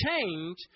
change